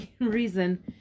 reason